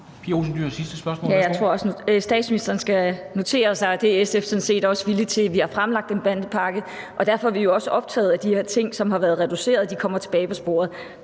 statsministeren skal notere sig, at det er SF sådan set også villige til. Vi har fremlagt en bandepakke, og derfor er vi jo også optaget af, at de her ting, som har været reduceret, kommer tilbage på sporet.